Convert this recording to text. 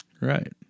Right